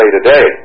Today